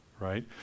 right